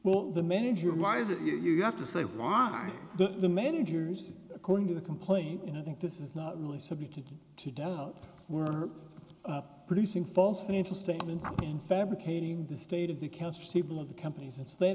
well the manager why is it you're have to say the managers according to the complaint and i think this is not really subjected to doubt were producing false financial statements and fabricating the state of the council of the companies instead